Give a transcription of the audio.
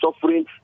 suffering